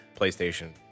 PlayStation